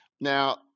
Now